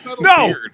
No